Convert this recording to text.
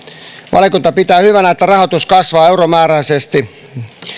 valiokunta pitää hyvänä että rahoitus kasvaa euromääräisesti